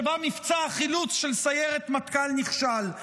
שבה מבצע החילוץ של סיירת מטכ"ל נכשל.